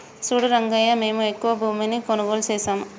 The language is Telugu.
సూడు రంగయ్యా మేము ఎక్కువ భూమిని కొనుగోలు సేసాము